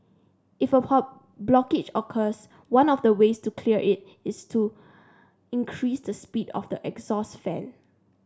if a blockage occurs one of the ways to clear it is to increase the speed of the exhaust fan